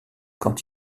quand